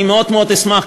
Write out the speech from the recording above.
אני מאוד מאוד אשמח,